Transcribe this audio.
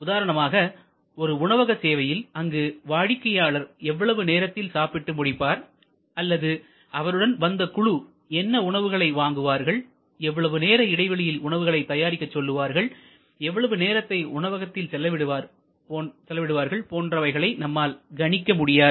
உதாரணமாக ஒரு உணவக சேவையில் அங்கு வாடிக்கையாளர் எவ்வளவு நேரத்தில் சாப்பிட்டு முடிப்பார் அல்லது அவருடன் வந்த குழு என்ன உணவுகளை வாங்குவார்கள் எவ்வளவு நேர இடைவெளியில் உணவுகளை தயாரிக்க சொல்லுவார்கள் எவ்வளவு நேரத்தை உணவகத்தில் செலவிடுவார்கள் போன்றவைகளை நம்மால் கணிக்க முடியாது